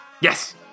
Yes